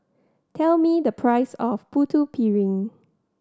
tell me the price of Putu Piring